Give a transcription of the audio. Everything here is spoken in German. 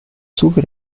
zuge